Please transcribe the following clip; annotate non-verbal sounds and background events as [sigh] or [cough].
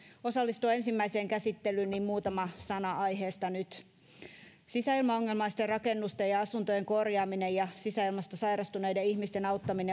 osallistua ensimmäiseen käsittelyyn niin muutama sana aiheesta nyt sisäilmaongelmaisten rakennusten ja ja asuntojen korjaaminen ja sisäilmasta sairastuneiden ihmisten auttaminen [unintelligible]